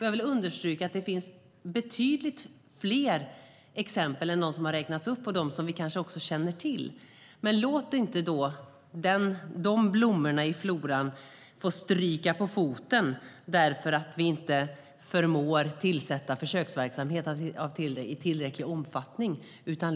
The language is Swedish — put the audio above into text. Jag vill understryka att det finns betydligt fler exempel än de som räknats upp, kanske också utöver alla dem som vi känner till. Låt inte de blommorna i floran få stryka på foten därför att vi inte förmår tillsätta försöksverksamhet i tillräcklig omfattning!